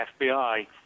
FBI